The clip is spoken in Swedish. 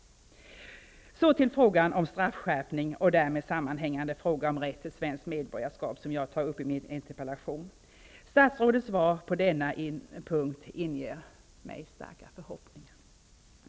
Så till frågan om straffskärpning och därmed sammanhängande fråga om rätt till svenskt medborgarskap som jag tar upp i min interpellation. Statsrådets svar på denna punkt inger mig starka förhoppningar.